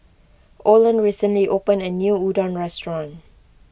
Olen recently opened a new Udon restaurant